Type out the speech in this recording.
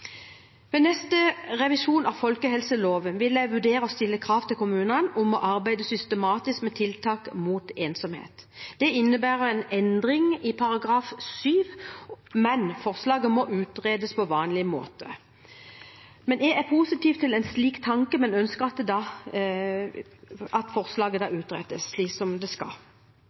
Ved neste revisjon av folkehelseloven vil jeg vurdere å stille krav til kommunene om å arbeide systematisk med tiltak mot ensomhet. Det innebærer en endring i § 7, men forslaget må utredes på vanlig måte. Jeg er positiv til en slik tanke, men ønsker at forslaget skal utredes, slik det skal.